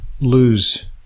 lose